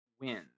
wins